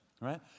right